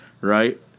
right